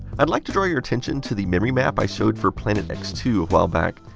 i'd like to draw your attention to the memory map i showed for planet x two a while back.